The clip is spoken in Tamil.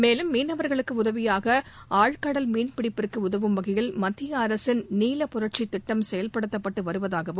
மேலும் மீனவர்களுக்கு உதவியாக ஆழ்கடல் மீன் பிடிப்புக்கு உதவும் வகையில் மத்திய அரசின் நீல புரட்சி திட்டம் செயல்படுத்தப்பட்டு வருவதாகவும்